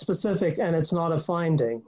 specific and it's not a finding